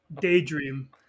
daydream